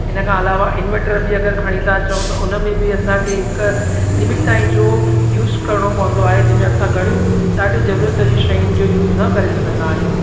हिन खां अलावा इंवरटर बि अगरि खणी था अचूं त उन में बि असांखे हिकु लिमिट ताईं जो यूस करिणो पवंदो आहे जंहिंमें असां घणियूं ॾाढी ज़रूरत जी शयुनि जो यूस न करे सघंदा आहियूं